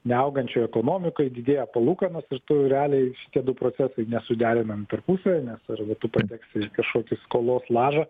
neaugančioj ekonomikoj didėja palūkanos ir tu realiai šitie du procesai nesuderinami tarpusavy nes arba tu pateksi į kažkokį skolos lažą